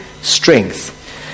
strength